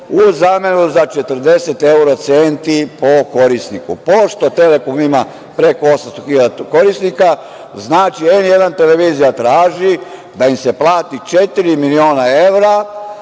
u zamenu za 40 evro centi po korisniku. Pošto „Telekom“ ima preko 800.000 korisnika, znači N1 televizija traži da im se plati četiri miliona evra